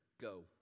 go